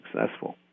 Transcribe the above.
successful